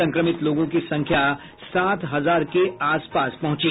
संक्रमित लोगों की संख्या सात हजार के आसपास पहुंची